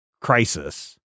crisis